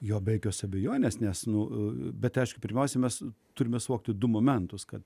jo be jokios abejonės nes nu bet aišku pirmiausia mes turime suvokti du momentus kad